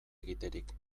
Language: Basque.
egiterik